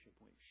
point